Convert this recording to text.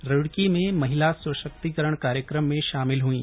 रूड़की में महिला सशक्तिकरण कार्यक्रम में शामिल हुईं